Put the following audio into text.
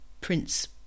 Prince